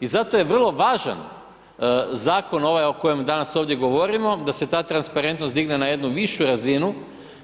I zato je vrlo važan zakon ovaj o kojem danas ovdje govorimo da se ta transparentnost digne na jednu višu razinu,